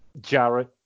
Jarrett